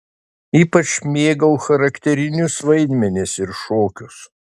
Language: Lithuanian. ypač mėgau charakterinius vaidmenis ir šokius